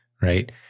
right